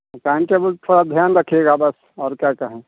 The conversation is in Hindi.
टाइम टेबुल थोड़ा ध्यान रखिएगा बस और क्या कहें